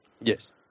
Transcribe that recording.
Yes